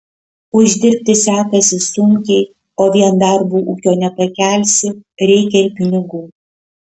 uždirbti sekasi sunkiai o vien darbu ūkio nepakelsi reikia ir pinigų